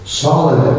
solid